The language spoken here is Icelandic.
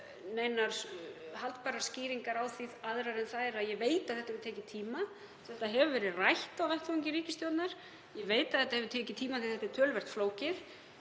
með neinar haldbærar skýringar á því aðrar en þær að ég veit að þetta hefur tekið tíma. Þetta hefur verið rætt á vettvangi ríkisstjórnar. Ég veit að það hefur tekið tíma því að málið er töluvert flókið.